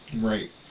Right